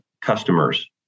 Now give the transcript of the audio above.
customers